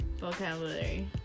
vocabulary